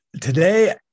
Today